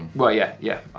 well, yeah, yeah.